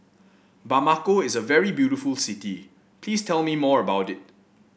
Bamako is a very beautiful city please tell me more about it